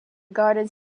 gardens